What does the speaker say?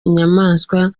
inyamaswa